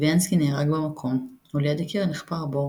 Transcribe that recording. טוביאנסקי נהרג במקום, וליד הקיר נחפר בור,